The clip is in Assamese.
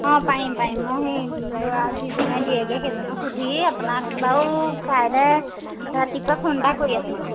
অঁ পাৰিম পাৰিম মই সেই ল'ৰা যিজনে দিয়েগৈ সেইজনক সুধি আপোনাক বাৰু কাইলৈ ৰাতিপুৱা ফোন এটা কৰি আছো মই